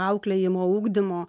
auklėjimo ugdymo